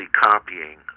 copying